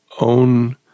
own